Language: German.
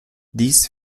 dies